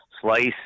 slice